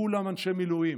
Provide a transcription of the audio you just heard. כולם אנשי מילואים,